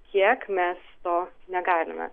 kiek mes to negalime